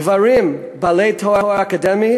גברים בעלי תואר אקדמי